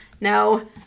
No